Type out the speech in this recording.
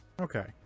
okay